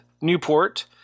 Newport